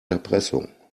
erpressung